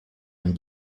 ein